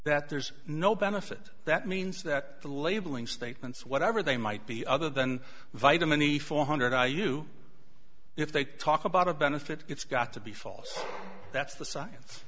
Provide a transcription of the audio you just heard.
that there's no benefit that means that the labeling statements whatever they might be other than vitamin e four hundred are you if they talk about a benefit it's got to be false that's the science